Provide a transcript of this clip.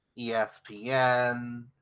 espn